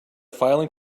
filing